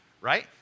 right